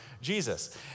Jesus